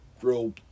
grow